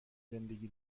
زندگی